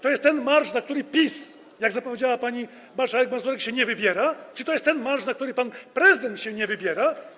To jest ten marsz, na który PiS, jak zapowiedziała pani marszałek Mazurek, się nie wybiera, i to jest ten marsz, na który pan prezydent się nie wybiera.